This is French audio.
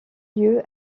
lieu